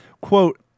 Quote